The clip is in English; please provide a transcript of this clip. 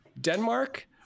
Denmark